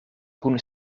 kun